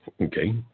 Okay